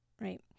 right